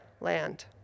land